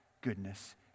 goodness